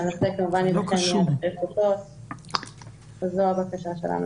כשהנושא כמובן ייבחן --- זו הבקשה שלנו.